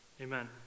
amen